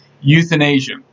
euthanasia